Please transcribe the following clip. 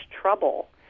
trouble